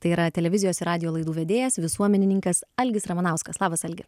tai yra televizijos ir radijo laidų vedėjas visuomenininkas algis ramanauskas labas algi